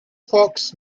fox